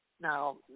Now